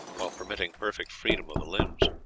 while permitting perfect freedom of the limbs.